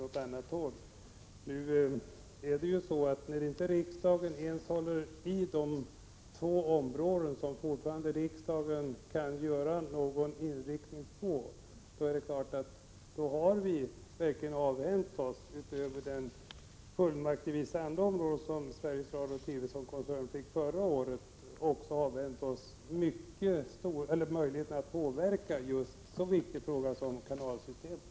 När riksdagen inte vill behålla sitt grepp ens över de två områden där riksdagen fortfarande har möjlighet att ange en inriktning, avhänder den sig — utöver att den förra året gav Sveriges Radio/TV som koncern vissa fullmakter — också möjligheten att påverka en så viktig fråga som kanalstrukturen.